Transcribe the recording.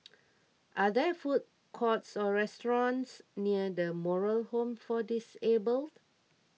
are there food courts or restaurants near the Moral Home for Disabled